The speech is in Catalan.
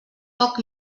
poc